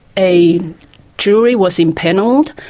a jury was impanelled,